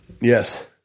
Yes